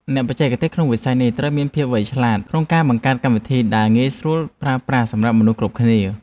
អ្នកបច្ចេកទេសក្នុងវិស័យនេះត្រូវមានភាពវៃឆ្លាតក្នុងការបង្កើតកម្មវិធីដែលងាយស្រួលប្រើប្រាស់សម្រាប់មនុស្សគ្រប់គ្នា។